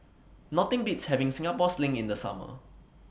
Nothing Beats having Singapore Sling in The Summer